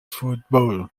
football